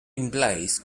implies